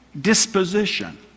disposition